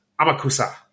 Amakusa